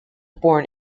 born